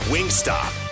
Wingstop